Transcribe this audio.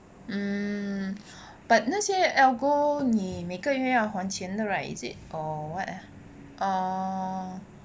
um but 那些 algo 你每个月要还钱的 right is it or what ah orh